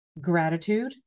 gratitude